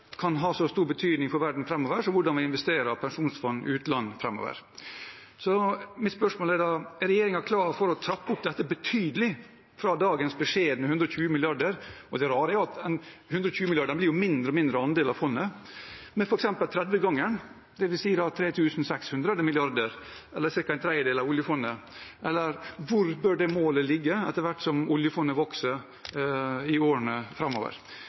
kan ha så stor betydning for verden framover som hvordan vi investerer i Statens pensjonsfond utland framover. Mitt spørsmål er da: Er regjeringen klar for å trappe opp dette betydelig fra dagens beskjedne 120 mrd. kr – det rare er at 120 mrd. kr blir en mindre og mindre andel av fondet – med f.eks. 30-gangeren, dvs. 3 600 mrd. kr eller ca. en tredjedel av oljefondet? Hvor bør det målet ligge, etter hvert som oljefondet vokser i årene framover?